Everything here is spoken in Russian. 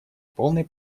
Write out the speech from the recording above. полной